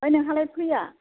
आमफ्राय नोंहालाय फैया